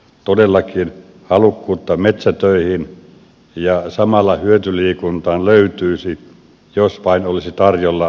todellakin halukkuutta metsätöihin ja samalla hyötyliikuntaan löytyisi jos vain olisi tarjolla mahdollisuuksia